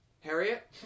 Harriet